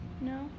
No